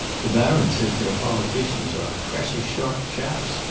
the baron says their politicians are precious sharp chaps,